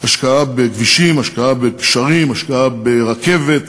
השקעה בכבישים, השקעה בגשרים, השקעה ברכבת,